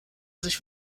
sich